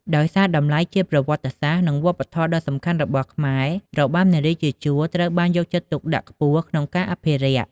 ដោយសារតម្លៃជាប្រវត្តិសាស្ត្រ និងវប្បធម៌ដ៏សំខាន់របស់ខ្លួន របាំនារីជាជួរ ត្រូវបានយកចិត្តទុកដាក់ខ្ពស់ក្នុងការអភិរក្ស។